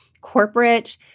corporate